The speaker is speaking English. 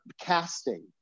casting